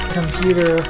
computer